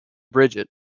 bridget